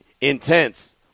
intense